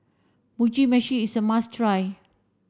Mugi Meshi is a must try